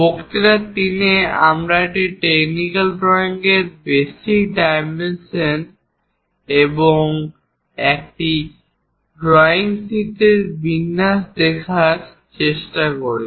বক্তৃতা 3 এ আমরা একটি টেকনিক্যাল ড্রয়িং এর বেসিক ডাইমেনশন এবং একটি ড্রয়িং শীটের বিন্যাস দেখার চেষ্টা করি